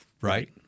right